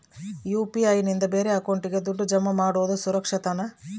UPI ನಿಂದ ಬೇರೆ ಅಕೌಂಟಿಗೆ ದುಡ್ಡು ಜಮಾ ಮಾಡೋದು ಸುರಕ್ಷಾನಾ?